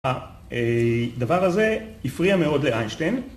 הדבר הזה הפריע מאוד לאיינשטיין